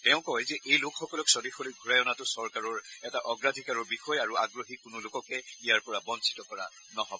তেওঁ কয় যে এই লোকসকলক স্বদেশলৈ ঘূৰাই অনাটো চৰকাৰৰ এটা অগ্ৰাধিকাৰৰ বিষয় আৰু আগ্ৰহী কোনো লোককে ইয়াৰ পৰা বঞ্চিত কৰা নহ'ব